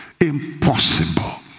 Impossible